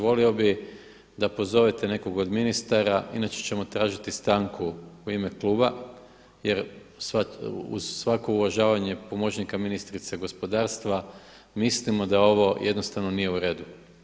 Volio bih da pozovete nekog od ministara inače ćemo tražiti stanku u ime kluba jer uz svako uvažavanje pomoćnika ministrice gospodarstva mislimo da ovo jednostavno nije u redu.